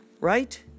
right